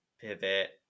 pivot